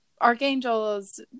archangels